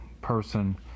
person